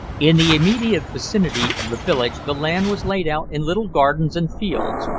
in the immediate vicinity of the village the land was laid out in little gardens and fields,